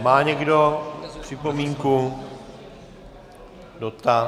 Má někdo připomínku, dotaz?